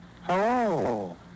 Hello